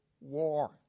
war